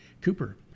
cooper